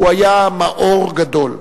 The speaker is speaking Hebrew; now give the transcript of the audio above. הוא היה מאור גדול,